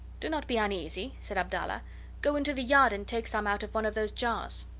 do not be uneasy, said abdallah go into the yard and take some out of one of those jars.